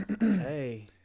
Hey